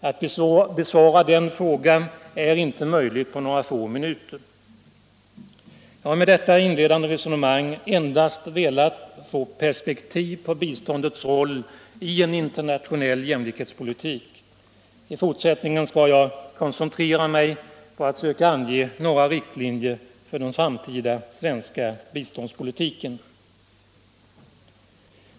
Att besvara den frågan är inte möjligt på några få minuter. Jag har med detta inledande resonemang endast velat få perspektiv på biståndets roll i en internationell jämlikhetspolitik. I fortsättningen skall jag koncentrera mig på att söka ange några riktlinjer för den framtida svenska biståndspolitiken.